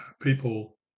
people